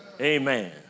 Amen